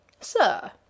Sir